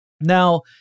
Now